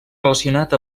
relacionat